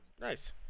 nice